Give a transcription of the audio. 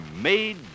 made